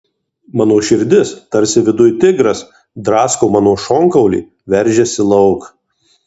mano širdis tarsi viduj tigras drasko mano šonkaulį veržiasi lauk